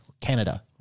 Canada